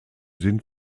sind